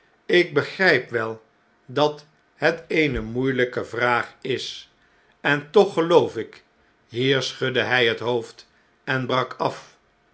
ik begrjjp wel dat het eene moeieljjke vraag is en toch geloof ik hier schudde hij het hoofd en brak af